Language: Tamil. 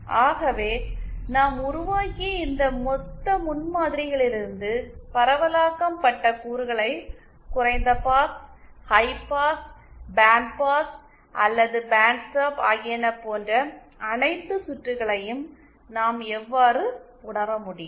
ஆகவே நாம் உருவாக்கிய இந்த மொத்த முன்மாதிரிகளிலிருந்து பரவலாக்கம் பட்ட கூறுகளை குறைந்த pass high pass band pass அல்லது பேண்ட் ஸ்டாப் ஆகியன போன்ற அனைத்து சுற்றுகளையும் நாம் எவ்வாறு உணர முடியும்